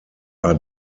are